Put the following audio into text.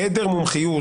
עד מומחיות,